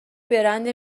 برند